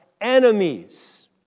enemies